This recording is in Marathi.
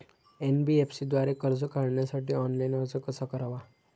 एन.बी.एफ.सी द्वारे कर्ज काढण्यासाठी ऑनलाइन अर्ज कसा करावा?